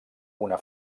una